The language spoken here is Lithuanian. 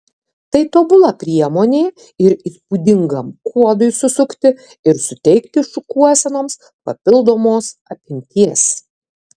tai tobula priemonė ir įspūdingam kuodui susukti ir suteikti šukuosenoms papildomos apimties